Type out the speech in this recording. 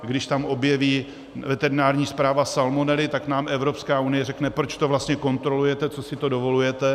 Když tam objeví veterinární správa salmonely, tak nám Evropská unie řekne: proč to vlastně kontrolujete, co si to dovolujete?